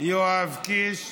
יואב קיש.